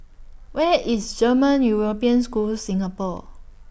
Where IS German European School Singapore